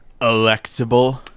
electable